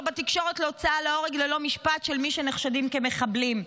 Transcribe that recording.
בתקשורת להוצאה להורג ללא משפט של מי שנחשדים כמחבלים.